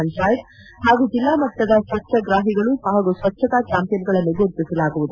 ಪಂಚಾಯತ್ ಪಾಗೂ ಜಿಲ್ಲಾಮಟ್ಟದ ಸ್ವಜ್ಞಾಟಗಳು ಪಾಗೂ ಸ್ವಜ್ಞತಾ ಚಾಂಪಿಯನ್ಗಳನ್ನು ಗುರುತಿಸಲಾಗುವುದು